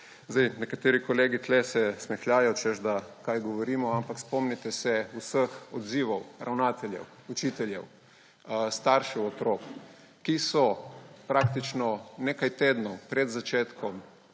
letu. Nekateri kolegi tu se smehljajo, češ kaj govorimo, ampak spomnite se vseh odzivov ravnateljev, učiteljev, staršev otrok, ki so bili praktično nekaj tednov pred začetkom